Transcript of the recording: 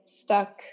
stuck